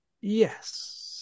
yes